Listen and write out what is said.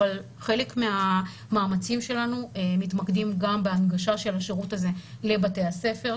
אבל חלק מהמאמצים שלנו מתמקדים גם בהנגשה של השירות הזה לבתי הספר,